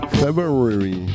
February